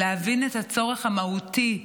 להבין את הצורך המהותי,